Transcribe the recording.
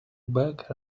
back